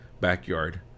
backyard